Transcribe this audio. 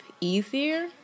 easier